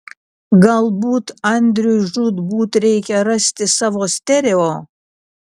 galbūt andriui žūtbūt reikia rasti savo stereo